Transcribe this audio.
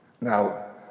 Now